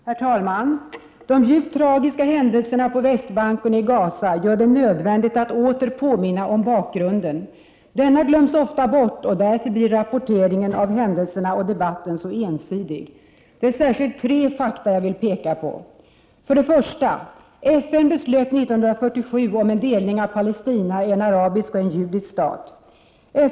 Herr talman! De djupt tragiska händelserna på Västbanken och i Gaza gör det nödvändigt att åter påminna om bakgrunden. Denna glöms ofta bort, och därför blir rapporteringen av händelserna och debatten så ensidig. Det är särskilt tre fakta jag vill peka på. För det första beslöt FN 1947 om en delning av Palestina i en arabisk och en judisk stat.